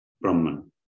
Brahman